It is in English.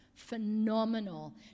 phenomenal